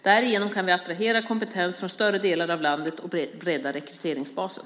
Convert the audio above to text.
Därigenom kan vi attrahera kompetens från större delar av landet och bredda rekryteringsbasen.